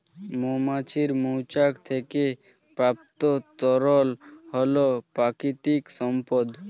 মৌমাছির মৌচাক থেকে প্রাপ্ত তরল হল প্রাকৃতিক সম্পদ